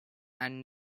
and